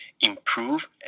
improve